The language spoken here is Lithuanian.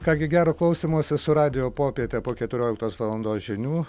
ką gi gero klausymosi su radijo popiete po keturioliktos valandos žinių